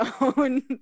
own